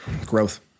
Growth